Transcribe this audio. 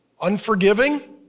unforgiving